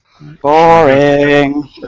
Boring